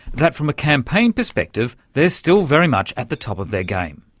that from a campaign perspective they're still very much at the top of their game.